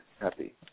happy